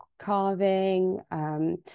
carving